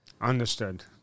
Understood